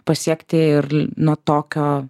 pasiekti ir na tokio